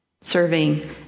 serving